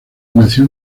nació